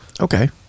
Okay